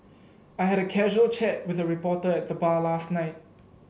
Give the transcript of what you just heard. I had a casual chat with a reporter at the bar last night